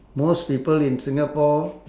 most people in singapore